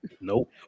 Nope